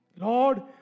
Lord